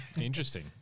Interesting